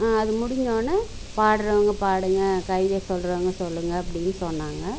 அது முடிஞ்சோவுன்னே பாடுறவுங்க பாடுங்க கவிதை சொல்றவங்க சொல்லுங்க அப்படின்னு சொன்னாங்க